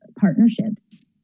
partnerships